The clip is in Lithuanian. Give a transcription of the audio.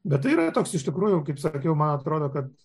bet yra toks iš tikrųjų kaip sakiau man atrodo kad